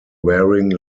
wearing